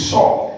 Saul